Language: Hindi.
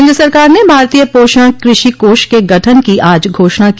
केन्द्र सरकार ने भारतीय पोषण कृषि कोष के गठन की आज घोषणा की